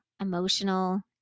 emotional